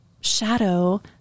shadow